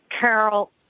Carol